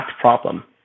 problem